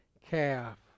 calf